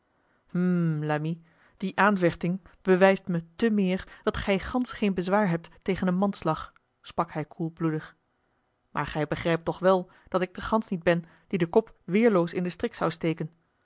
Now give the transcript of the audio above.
hm l'ami die aanvechting bewijst me te meer dat gij gansch geen bezwaar hebt tegen een manslag sprak hij koelbloedig maar gij begrijpt toch wel dat ik de gans niet ben die den kop weêrloos in den strik zou steken